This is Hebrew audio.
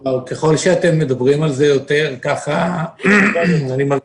ככל שאתם מדברים על זה יותר כך אני מרגיש